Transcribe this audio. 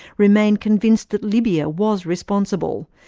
remain convinced that libya was responsible,